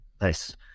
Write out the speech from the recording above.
Nice